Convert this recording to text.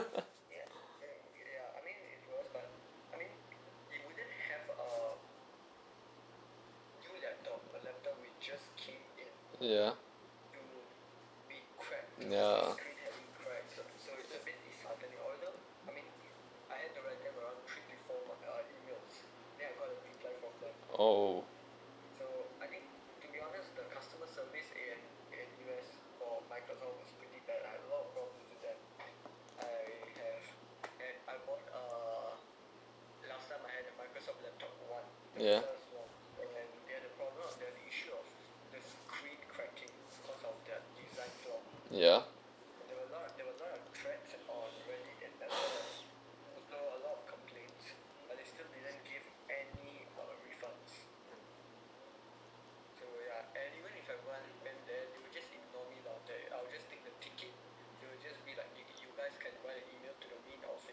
yeah yeah oh yeah yeah